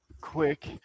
quick